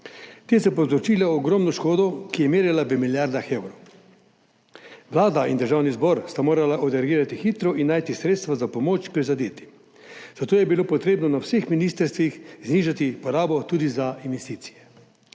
Te so povzročile ogromno škodo, ki se je merila v milijardah evrov. Vlada in Državni zbor sta morala odreagirati hitro in najti sredstva za pomoč prizadetim, zato je bilo treba na vseh ministrstvih znižati porabo tudi za investicije.